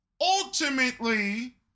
ultimately